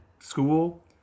school